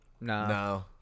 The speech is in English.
No